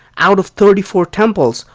out of thirty four temples,